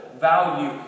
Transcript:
value